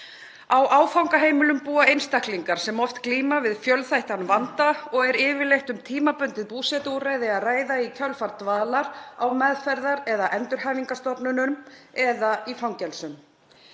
Á áfangaheimilum búa einstaklingar sem oft glíma við fjölþættan vanda og er yfirleitt um tímabundið búsetuúrræði að ræða í kjölfar dvalar á meðferðar- eða endurhæfingarstofnunum eða í fangelsum.